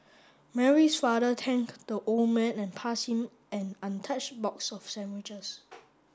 Mary's father thank the old man and passed him an untouched box of sandwiches